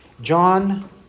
John